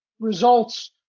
results